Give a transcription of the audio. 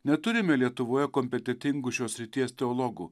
neturime lietuvoje kompetentingų šios srities teologų